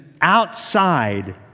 outside